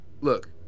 Look